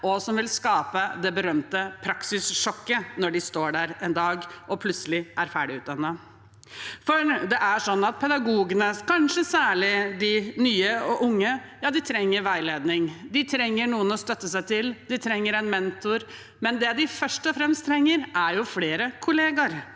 og som vil skape det berømte praksissjokket når man en dag står der og plutselig er ferdigutdannet. Pedagogene, kanskje særlig de nye og unge, trenger veiledning. De trenger noen å støtte seg til, de trenger en mentor, men det de først og fremst trenger, er flere kollegaer.